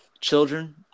Children